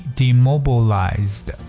demobilized